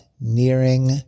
nearing